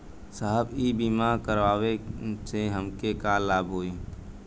साहब इ बीमा करावे से हमके का लाभ होई?